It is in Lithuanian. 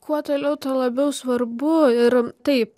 kuo toliau tuo labiau svarbu ir taip